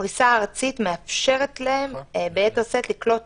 הפריסה הארצית מאפשרת להם לקלוט